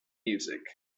music